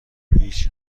هیچ